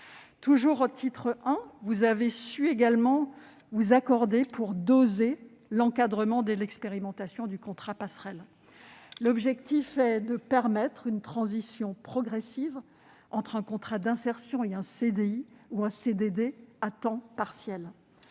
encore, députés et sénateurs ont également su s'accorder pour doser l'encadrement de l'expérimentation du « contrat passerelle ». L'objectif est de permettre une transition progressive entre un contrat d'insertion et un CDI ou un CDD à temps partiel.